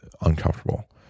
uncomfortable